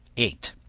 eight.